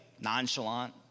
nonchalant